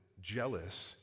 jealous